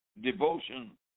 devotion